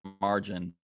margin